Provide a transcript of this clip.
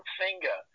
finger